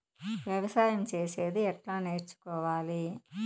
వ్యవసాయం చేసేది ఎట్లా నేర్చుకోవాలి?